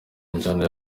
injyana